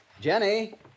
Jenny